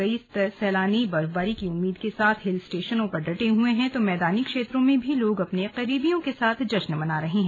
कई सैलानी बर्फबारी की उम्मीद के साथ हिल स्टेशनों पर डटे हुए हैं तो मैदानी क्षेत्रों में भी लोग अपने करीबियों के साथ जश्न मना रहे हैं